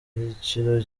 igiciro